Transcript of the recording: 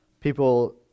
people